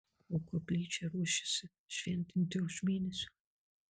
o koplyčią ruošiasi šventinti už mėnesio